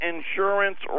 Insurance